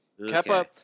Keppa